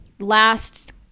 Last